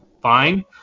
fine